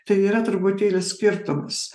tai yra truputėlį skirtumas